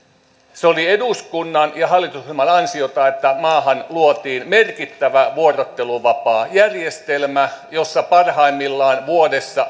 se oli eduskunnan ja hallitusohjelman ansiota että maahan luotiin merkittävä vuorotteluvapaajärjestelmä johon parhaimmillaan vuodessa